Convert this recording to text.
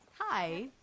Hi